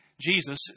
Jesus